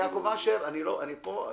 יעקב אשר, אני פה.